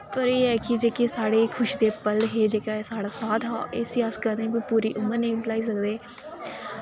पर एह् ऐ कि जेह्के साढ़े खुश जेह्का साढ़ा साथ हा इस्सी अस कदें बी पूरी उमर नेईं भलाई सकदे